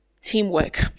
teamwork